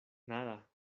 nada